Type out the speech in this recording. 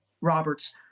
Roberts